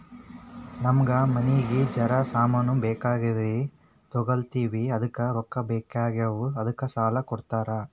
ನಮಗ ಮನಿಗಿ ಜರ ಸಾಮಾನ ಬೇಕಾಗ್ಯಾವ್ರೀ ತೊಗೊಲತ್ತೀವ್ರಿ ಅದಕ್ಕ ರೊಕ್ಕ ಬೆಕಾಗ್ಯಾವ ಅದಕ್ಕ ಸಾಲ ಕೊಡ್ತಾರ?